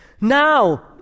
Now